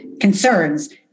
concerns